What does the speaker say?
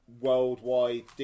Worldwide